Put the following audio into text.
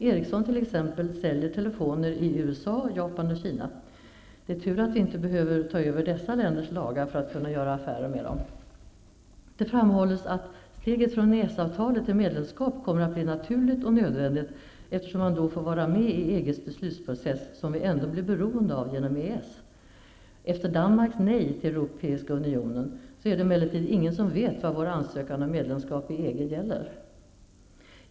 Ericsson t.ex., säljer telefoner i USA, Japan och Kina. Det är tur att vi inte behöver ta över dessa länders lagar för att kunna göra affärer med dem. Det framhålles att steget från EES-avtalet till medlemskap kommer att bli naturligt och nödvändigt, eftersom man då får vara med i EG:s beslutsprocess, vilken vi ändå blir beroende av genom EES. Efter Danmarks nej till Europeiska Unionen är det emellertid ingen som vet vad vår ansökan om medlemskap i EG gäller.